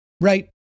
right